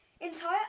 Entire